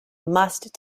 must